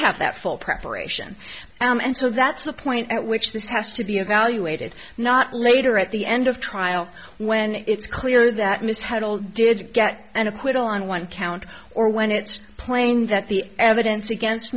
have that full preparation and so that's the point at which this has to be evaluated not later at the end of trial when it's clear that mishandle did get an acquittal on one count or when it's plain that the evidence against